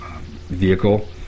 vehicle